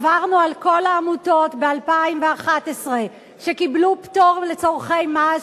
עברנו על כל העמותות שקיבלו ב-2011 פטור לצורכי מס,